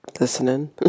listening